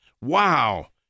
wow